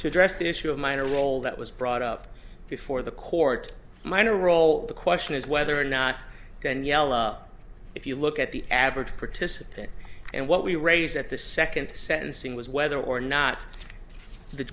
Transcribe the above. to address the issue of minor role that was brought up before the court minor role the question is whether or not daniela if you look at the average participant and what we raised at the second sentencing was whether or not the